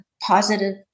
positive